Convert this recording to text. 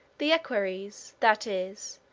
the equerries, that is,